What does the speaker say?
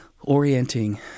orienting